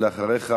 אחריך,